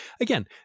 again